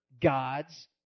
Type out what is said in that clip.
God's